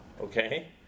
okay